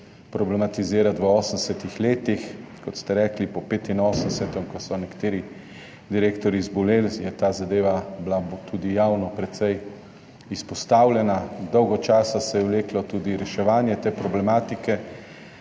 problematizirati nekje v 80. letih, kot ste rekli, po 1985., ko so nekateri direktorji zboleli, je bila ta zadeva tudi javno precej izpostavljena. Dolgo časa se je vleklo tudi reševanje te problematike.